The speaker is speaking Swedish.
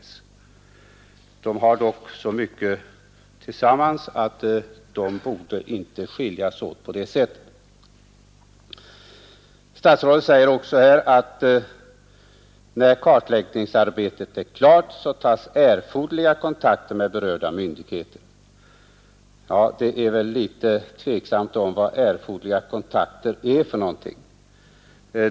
Dessa myndigheter har dock så mycket gemensamt att de inte borde ha skilts åt på det sätt som skedde. Statsrådet säger också här att när kartläggningsarbetet är klart skall erforderliga kontakter tas med berörda myndigheter. Ja, det är väl litet tveksamt vad ”erforderliga kontakter” egentligen innebär.